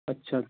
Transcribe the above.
ਅੱਛਾ